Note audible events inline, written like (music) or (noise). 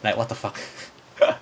like what the fuck (laughs)